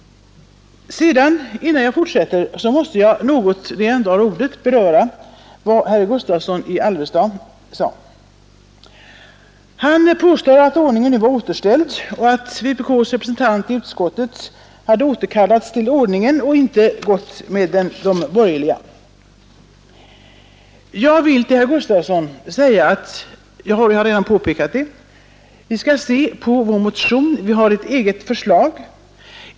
Innan jag fortsätter måste jag nu, medan jag ändå har ordet, något beröra vad herr Gustavsson i Alvesta sade. Han påstod att vpk:s representant i utskottet nu hade återkallats till ordningen och inte gått med på de borgerligas linje. Då vill jag säga till herr Gustavsson — jag har för övrigt redan påpekat det — att man skall läsa vår motion. Där har vi ett eget förslag.